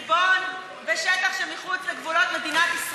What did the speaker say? זה לא יהפוך את הממשלה ואת הכנסת ריבון בשטח שמחוץ לגבולות מדינת ישראל.